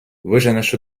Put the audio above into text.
виженеш